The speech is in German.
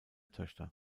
töchter